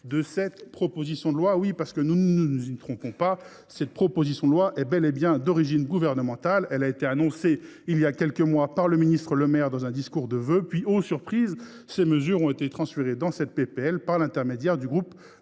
de cette proposition de loi ! En effet, ne nous y trompons pas, cette proposition de loi est bel et bien d’origine gouvernementale : elle avait été annoncée il y a quelques mois par le ministre Le Maire dans un discours de vœux, puis – ô surprise !–, ces mesures ont été transférées dans cette proposition de loi par l’intermédiaire du groupe